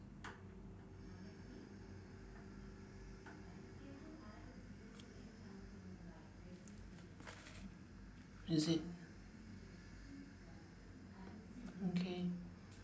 is it mm K